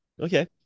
okay